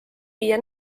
viia